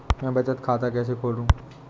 मैं बचत खाता कैसे खोलूँ?